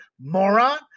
moron